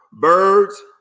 birds